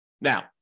Now